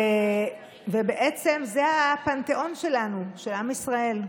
ובעצם זה הפנתיאון שלנו, של עם ישראל,